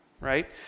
Right